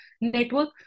network